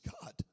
God